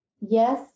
yes